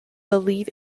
believe